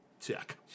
Check